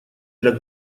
для